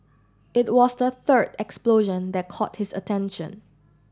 it was the third explosion that caught his attention